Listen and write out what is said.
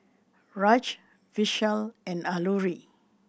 Raj Vishal and Alluri